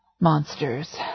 Monsters